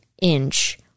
inch